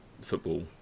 football